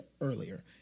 earlier